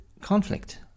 conflict